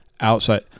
Outside